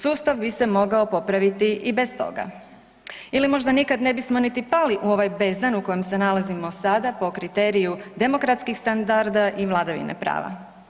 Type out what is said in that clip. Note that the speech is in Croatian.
Sustav bi se mogao popraviti i bez toga ili možda nikada ne bismo niti pali u ovaj bezdan u kojem se nalazimo sada po kriteriju demokratskih standarda i vladavine prava.